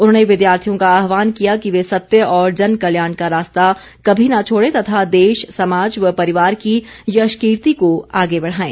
उन्होंने विद्यार्थियों का आहवान किया कि वे सत्य और जन कल्याण का रास्ता कभी न छोड़ें तथा देश समाज व परिवार की यश कीर्ति को आगे बढ़ाएं